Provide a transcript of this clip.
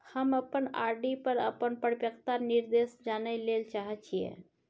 हम अपन आर.डी पर अपन परिपक्वता निर्देश जानय ले चाहय छियै